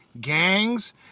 gangs